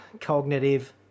cognitive